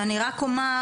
ואני רק אומר,